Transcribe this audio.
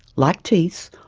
like teeth,